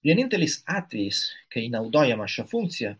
vienintelis atvejis kai naudojama ši funkcija